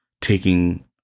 taking